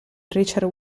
richard